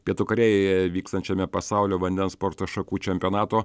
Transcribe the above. pietų korėjoje vykstančiame pasaulio vandens sporto šakų čempionato